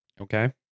Okay